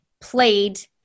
played